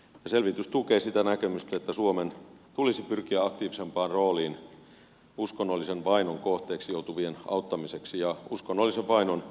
selvitys tukee sitä näkemystä että suomen tulisi pyrkiä aktiivisempaan rooliin uskonnollisen vainon kohteeksi joutuvien auttamiseksi ja uskonnollisen vainon tuomitsemiseksi maailmassa